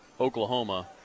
Oklahoma